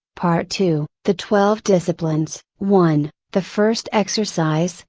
part two the twelve disciplines one the first exercise,